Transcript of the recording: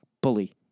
Bully